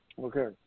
Okay